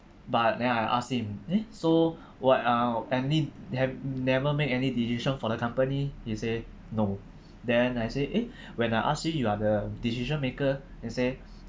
but then I ask him eh so what uh I mean you have never make any decision for the company he said no then I say eh when I ask you you are the decision maker you said